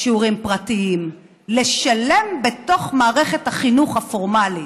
שיעורים פרטיים, לשלם בתוך מערכת החינוך הפורמלית.